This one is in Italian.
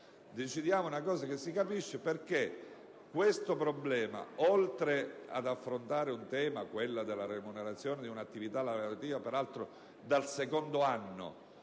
relatore, quale che essa sia, perché questo problema, oltre ad affrontare un tema, quello della remunerazione di un'attività lavorativa (peraltro dal secondo anno